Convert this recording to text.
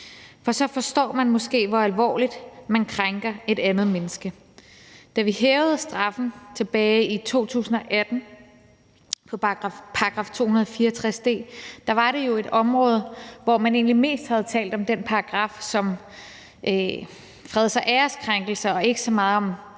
for så forstår man måske, hvor alvorligt man krænker et andet menneske. Da vi hævede straffen tilbage i 2018 i straffelovens § 264 d, var det jo et område, hvor man i forbindelse med den paragraf egentlig mest havde talt om freds- og æreskrænkelser og ikke så meget om digitale krænkelser,